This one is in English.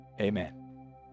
amen